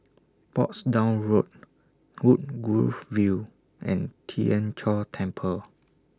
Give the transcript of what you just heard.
Portsdown Road Woodgrove View and Tien Chor Temple